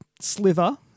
sliver